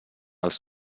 els